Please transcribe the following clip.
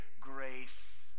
grace